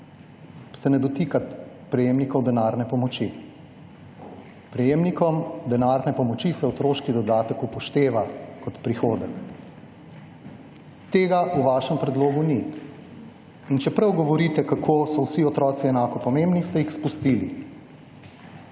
se ne dotika prejemnikov denarne pomoči. Prejemnikom denarne pomoči se otroški dodatek upošteva kot prihodek. Tega v vašem predlogu ni. In čeprav govorite kako so vsi otroci enako pomembni ste jih spustili.